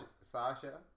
Sasha